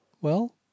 Well